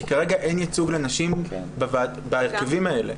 כי כרגע אין ייצוג לנשים בהרכבים האלה.